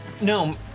No